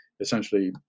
essentially